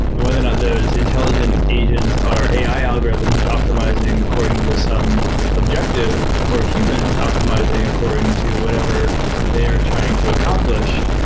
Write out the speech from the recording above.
and whether or not those intelligent agents are ai algorithms optimizing according to some objective or human optimizing according to whatever they are trying to accomplish,